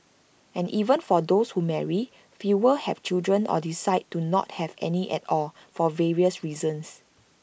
and even for those who marry fewer have children or decide to not have any at all for various reasons